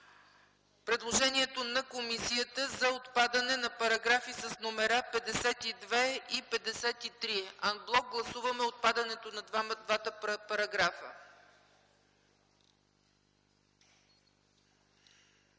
предложението на комисията за отпадане на параграфи с номера 52 и 53. Ан блок гласуваме отпадането на двата параграфа.